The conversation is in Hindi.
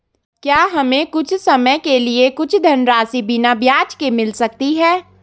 क्या हमें कुछ समय के लिए कुछ धनराशि बिना ब्याज के मिल सकती है?